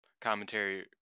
commentary